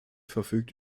verfügt